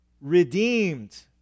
redeemed